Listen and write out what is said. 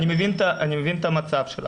אמיליה, אני מבין את המצב שלך,